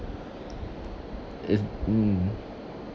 in mm